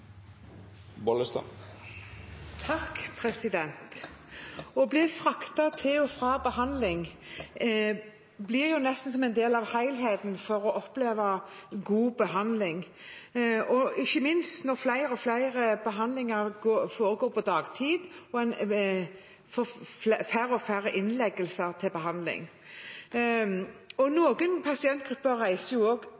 Å bli fraktet til og fra behandling blir nesten som en del av helheten for å oppleve god behandling, ikke minst når flere og flere behandlinger foregår på dagtid og en får færre og færre innleggelser til behandling.